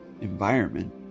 environment